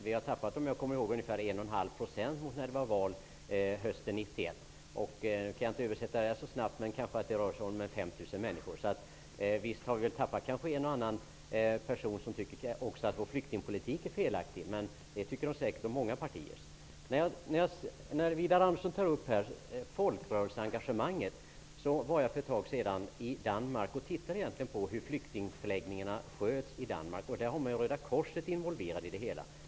Om jag kommer ihåg rätt har vi tappat ungefär 1,5 % jämfört med när det var val hösten 1991. Jag kan inte översätta det så snabbt, men det kanske kan röra sig om 5 000 människor. Visst kanske vi har tappat en och annan person som tycker att vår flyktingpolitik är felaktig. Men det tycker de säkert om många partiers flyktingpolitik. Widar Andersson tar upp folkrörelseengagemanget. Jag var för ett tag sedan i Danmark och tittade på hur flyktingförläggningarna sköts där. Där är Röda korset involverat.